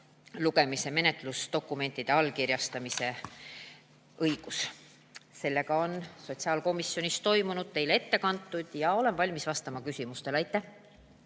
lugemise menetlusdokumentide allkirjastamise õigus. Sotsiaalkomisjonis toimunu on teile ette kantud ja olen valmis vastama küsimustele. Aitäh!